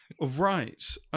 Right